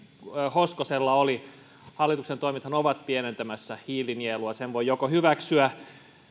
hoskosella oli hallituksen toimethan ovat pienentämässä hiilinielua sen voi hyväksyä